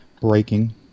breaking